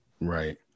Right